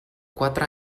quatre